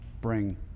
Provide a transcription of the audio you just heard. bring